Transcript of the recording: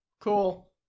Cool